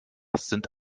sind